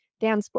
Dan